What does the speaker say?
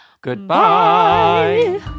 Goodbye